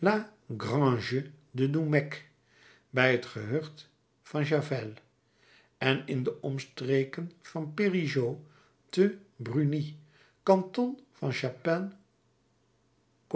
grange de doumecq bij het gehucht van chavailles en in de omstreken van perigueux te brunies kanton van